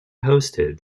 hosted